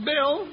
Bill